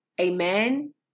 Amen